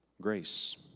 grace